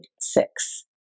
six